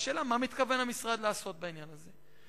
השאלה היא מה מתכוון המשרד לעשות בעניין הזה.